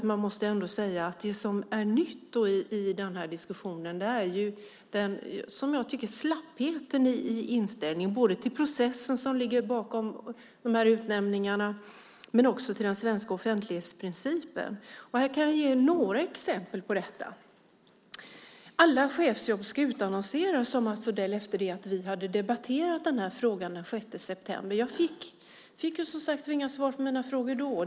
Man måste ändå säga att det som är nytt i denna diskussion är, som jag tycker, slappheten i inställningen - både till processen som ligger bakom de här utnämningarna och till den svenska offentlighetsprincipen. Jag kan ge några exempel på detta. Alla chefsjobb ska utannonseras, sade Mats Odell efter det att vi hade debatterat denna fråga den 6 september. Jag fick som sagt var inga svar på mina frågor då.